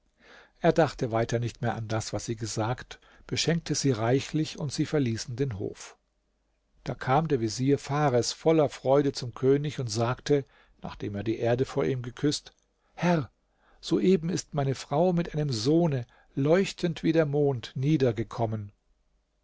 er dachte weiter nicht mehr an das was sie gesagt beschenkte sie reichlich und sie verließen den hof da kam der vezier fares voller freude zum könig und sagte nachdem er die erde vor ihm geküßt herr soeben ist meine frau mit einem sohne leuchtend wie der mond